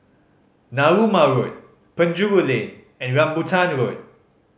Narooma Road Penjuru Lane and Rambutan Road